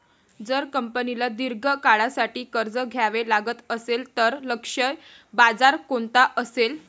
जर कंपनीला दीर्घ काळासाठी कर्ज घ्यावे लागत असेल, तर लक्ष्य बाजार कोणता असेल?